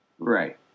Right